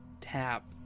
tap